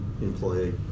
employee